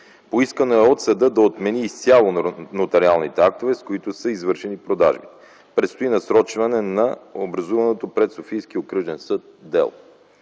Поискано е от съда да отмени изцяло нотариалните актове, с които са извършени продажбите. Предстои насрочване на образуваното пред Софийския окръжен съд дело.